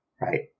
right